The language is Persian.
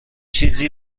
چیزی